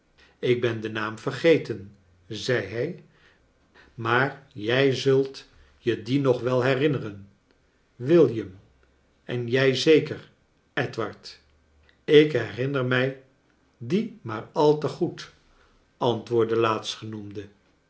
ik ben den naam vergeten zei hij maar jij zult je dien nog wel herinneren william en jij zeker edward ik herinner mij dien maar al te goed antwoordde